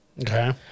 Okay